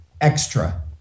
extra